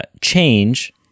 change